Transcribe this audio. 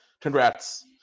Congrats